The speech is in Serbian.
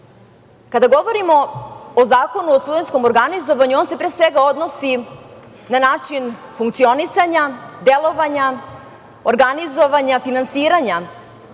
govorimo o Zakonu o studentskom organizovanju, on se pre svega odnosi na način funkcionisanja, delovanja, organizovanja, finansiranja